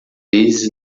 vezes